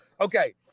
Okay